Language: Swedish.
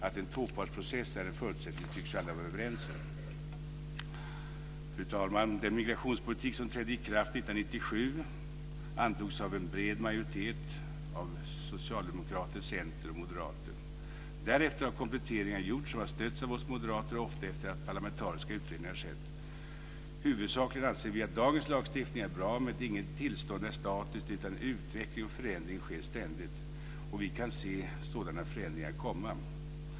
Att en tvåpartsprocess är en förutsättning tycks alla vara överens om. Fru talman! Den migrationspolitik som trädde i kraft 1997 antogs av en bred majoritet av Socialdemokraterna, Centern och Moderaterna. Därefter har kompletteringar gjorts som har stötts av oss moderater, ofta efter att parlamentariska utredningar har skett. Huvudsakligen anser vi att dagens lagstiftning är bra, men inget tillstånd är statiskt. Utveckling och förändring sker ständigt. Vi kan se sådana förändringar komma.